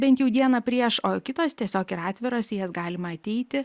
bent jau dieną prieš o kitos tiesiog yra atviros į jas galima ateiti